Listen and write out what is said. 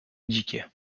indiqués